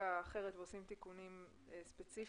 לחקיקה אחרת ועושים תיקונים ספציפיים.